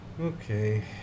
Okay